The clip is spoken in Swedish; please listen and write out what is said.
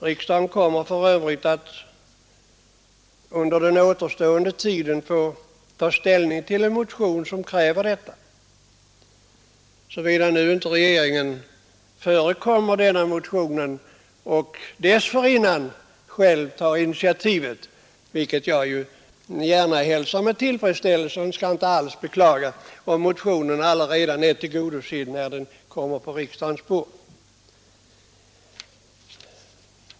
Riksdagen kommer för övrigt att under den återstå ionen få ta ställning till en motion som kräver detta, såvida inte regeringen förekommer motionen genom att dessförin nan själv ta initiativet, vilket jag i så fall hälsar med tillfredsställelse — jag skall inte alls beklaga om motionen redan är tillgodosedd när den kommer på riksdagens bord.